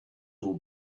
will